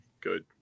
good